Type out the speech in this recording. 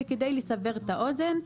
כדי לסבר את האוזן,